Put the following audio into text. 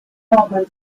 coleman